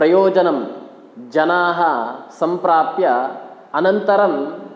प्रयोजनं जनाः सम्प्राप्य अनन्तरम्